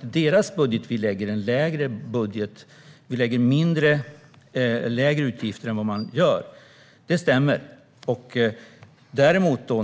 Det är utifrån denna budget som vi lägger fram en budget med lägre utgifter än vad de gör. Det stämmer alltså.